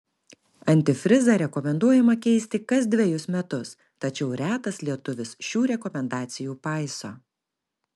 antifrizą rekomenduojama keisti kas dvejus metus tačiau retas lietuvis šių rekomendacijų paiso